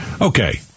Okay